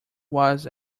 was